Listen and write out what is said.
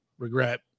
Regret